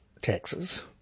taxes